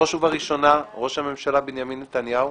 בראש ובראשונה, ראש הממשלה בנימין נתניהו,